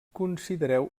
considereu